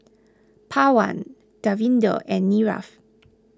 Pawan Davinder and Niraj